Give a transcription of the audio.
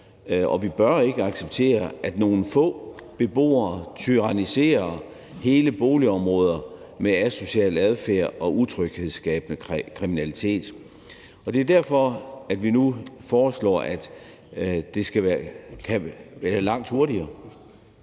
og bør ikke acceptere, at nogle få beboere tyranniserer hele boligområder med asocial adfærd og utryghedsskabende kriminalitet. (Fjerde næstformand (Rasmus Helveg Petersen):